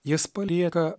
jis palieka